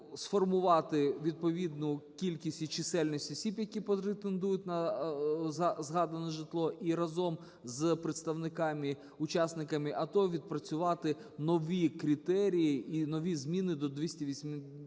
сформувати відповідну кількість і чисельність осіб, які претендують на згадане житло, і разом з представниками, учасниками АТО відпрацювати нові критерії і нові зміни до 280